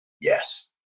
Yes